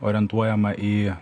orientuojama į